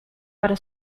para